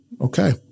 Okay